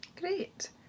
Great